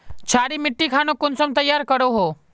क्षारी मिट्टी खानोक कुंसम तैयार करोहो?